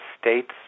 states